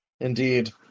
Indeed